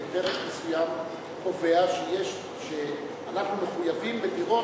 פרק מסוים קובע שאנחנו מחויבים בדירות